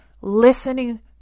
listening